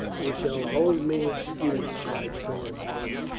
you shall hold me excused, cried colonel stow.